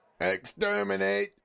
Exterminate